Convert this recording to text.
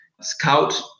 scout